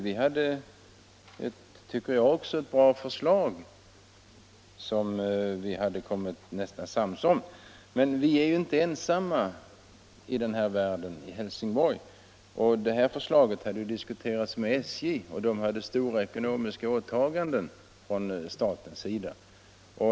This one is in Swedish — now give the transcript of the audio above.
Jag tycker också att vi hade ett bra förslag som vi nästan hade blivit ense om, men vi i Helsingborg är inte ensamma i världen. Vi diskuterade det förslaget med SJ, som hade stora ekonomiska åtaganden från statens sida.